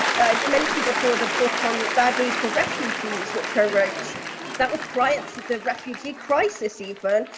i mentioned before the book on bad news for refugees, which i wrote that was prior to the refugee crisis even,